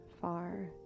far